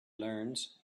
learns